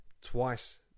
Twice